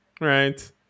right